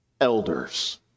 elders